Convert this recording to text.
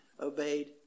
obeyed